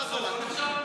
ככה להתחיל.